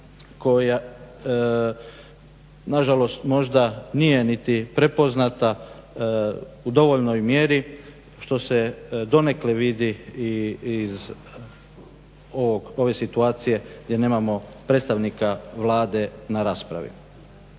koja na žalost možda nije niti prepoznata u dovoljnoj mjeri što se donekle vidi i iz ove situacije gdje nemamo predstavnika Vlade na raspravi.